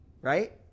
Right